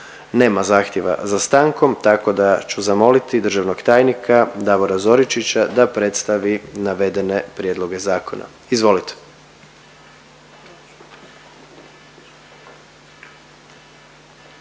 Nema zahtjeva za stankom, tako da ću zamoliti državnog tajnika Davora Zoričića da predstavi navedene prijedloge zakona. Izvolite.